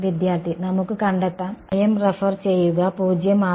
വിദ്യാർത്ഥി നമുക്ക് കണ്ടെത്താം സമയം റഫർ ചെയ്യുക 0604